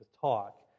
talk